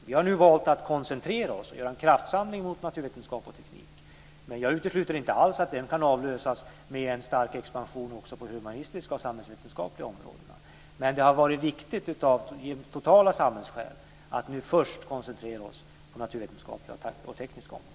Vi har nu valt att koncentrera oss och göra en kraftsamling för naturvetenskap och teknik, men jag utesluter inte alls att den kan avlösas av en stark expansion också på de humanistiska och samhällsvetenskapliga områdena. Men det har av totala samhällsskäl varit viktigt att först koncentrera oss på de naturvetenskapliga och tekniska områdena.